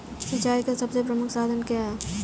सिंचाई का सबसे प्रमुख साधन क्या है?